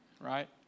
right